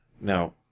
Now